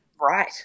right